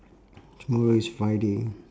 tomorrow is friday